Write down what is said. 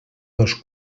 dos